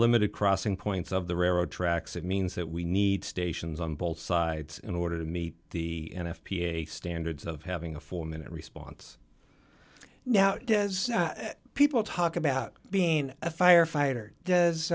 limited crossing points of the railroad tracks it means that we need stations on both sides in order to meet the n f p a standards of having a four minute response now does people talk about being a firefighter